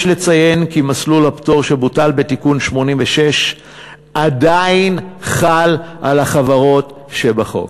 יש לציין כי מסלול הפטור שבוטל בתיקון 86 עדיין חל על החברות שבחוק.